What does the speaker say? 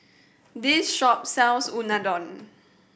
this shop sells Unadon